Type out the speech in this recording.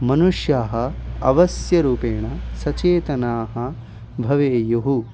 मनुष्याः अवश्यरूपेण सचेतनाः भवेयुः